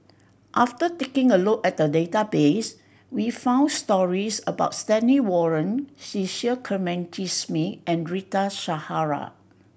after taking a look at database we found stories about Stanley Warren Cecil Clementi Smith and Rita Zahara